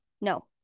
No